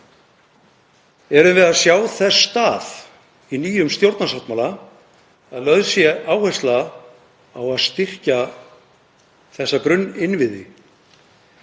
Erum við að sjá þess stað í nýjum stjórnarsáttmála að lögð sé áhersla á að styrkja þessa grunninnviði?